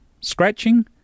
Scratching